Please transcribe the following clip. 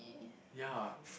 ya